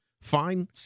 fine